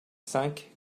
cinq